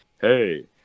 hey